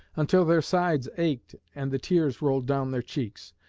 until their sides ached and the tears rolled down their cheeks.